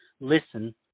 listen